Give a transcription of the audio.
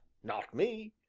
not me.